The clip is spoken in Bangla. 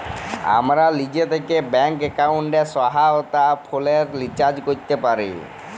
আমরা লিজে থ্যাকে ব্যাংক এক্কাউন্টের সহায়তায় ফোলের রিচাজ ক্যরতে পাই